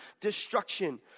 destruction